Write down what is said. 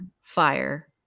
fire